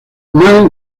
man